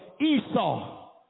Esau